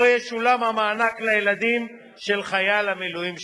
לא ישולם המענק לילדים של חייל המילואים שנספה.